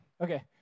Okay